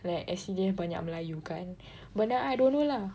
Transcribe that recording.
like S_C_D_F banyak melayu kan but then I don't know lah